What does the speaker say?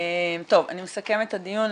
אני מסכמת את הדיון.